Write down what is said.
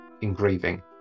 engraving